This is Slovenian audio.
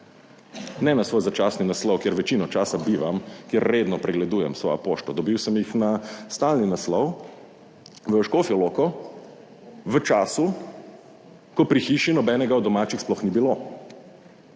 ne na svoj začasni naslov, kjer večino časa bivam, kjer redno pregledujem svojo pošto, dobil sem jih na stalni naslov v Škofjo Loko v času, ko pri hiši nobenega od domačih sploh ni bilo.